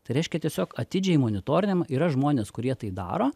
tai reiškia tiesiog atidžiai monitorinam yra žmonės kurie tai daro